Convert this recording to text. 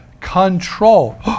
control